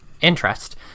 interest